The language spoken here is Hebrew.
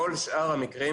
כל שאר המקרים,